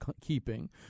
keeping